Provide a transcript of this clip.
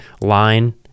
line